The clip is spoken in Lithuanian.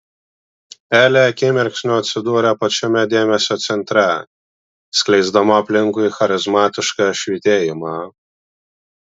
elė akimirksniu atsidūrė pačiame dėmesio centre skleisdama aplinkui charizmatišką švytėjimą